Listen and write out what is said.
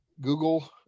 Google –